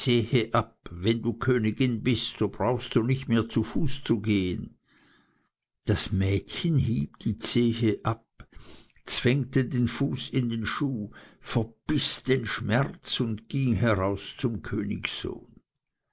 wann du königin bist so brauchst du nicht mehr zu fuß zu gehen das mädchen hieb die zehe ab zwängte den fuß in den schuh verbiß den schmerz und ging heraus zum königssohn